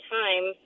time